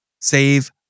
save